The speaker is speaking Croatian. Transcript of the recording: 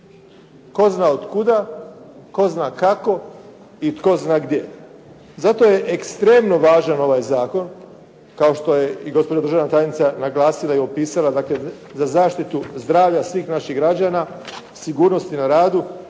tko zna od kuda, tko zna kako i tko zna gdje. Zato je ekstremno važan ovaj zakon, kao što je i gospođa državna tajnica naglasila i opisala, dakle za zaštitu zdravlja svih naših građana, sigurnosti na radu,